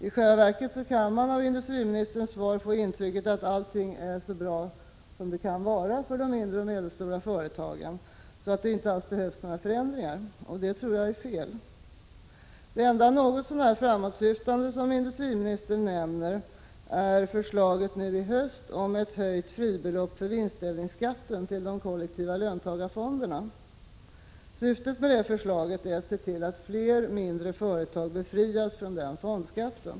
I själva verket kan man av industriministerns svar få intrycket att allting är så bra som det kan vara för de mindre och medelstora företagen, varför det inte alls behövs några förändringar. Det tror jag är fel. Det enda något så när framåtsyftande som finansministern nämner är förslaget nu i höst om ett höjt fribelopp för vinstdelningsskatten till de kollektiva löntagarfonderna. Syftet med det förslaget är att se till att fler mindre företag befrias från den fondskatten.